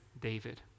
David